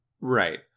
Right